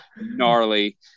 gnarly